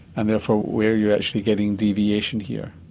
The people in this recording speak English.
and therefore where are you actually getting deviation here?